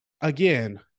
again